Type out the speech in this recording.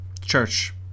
church